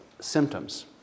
symptoms